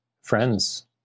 friends